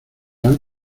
han